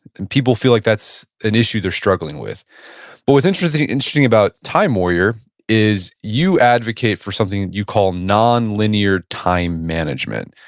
and people feel like that's an issue they're struggling with. but what's interesting interesting about time warrior is you advocate for something that you call nonlinear time management.